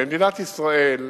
במדינת ישראל,